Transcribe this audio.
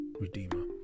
Redeemer